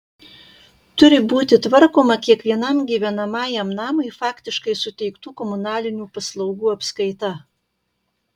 turi būti tvarkoma kiekvienam gyvenamajam namui faktiškai suteiktų komunalinių paslaugų apskaita